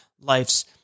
life's